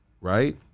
right